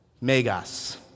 Megas